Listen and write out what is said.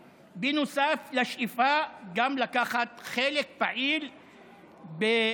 בערבית: אצלו בבית,) נוסף לשאיפה גם לקחת חלק פעיל בפעולות